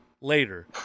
later